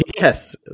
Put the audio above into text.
Yes